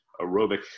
aerobic